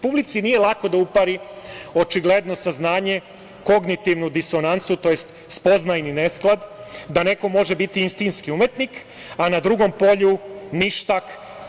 Publici nije lako da upari očigledno saznanje, kognitivnu disonancu, tj, spoznajni nesklad da neko može biti istinski umetnik, a na drugom polju ništak.